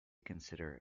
consider